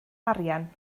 arian